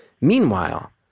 Meanwhile